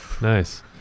Nice